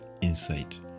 insight